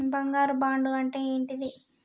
బంగారు బాండు అంటే ఏంటిది?